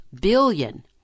billion